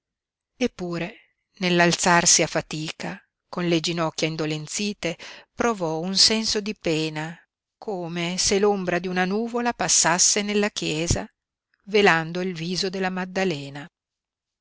cuore eppure nell'alzarsi a fatica con le ginocchia indolenzite provò un senso di pena come se l'ombra di una nuvola passasse nella chiesa velando il viso della maddalena